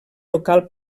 local